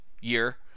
year